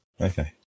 Okay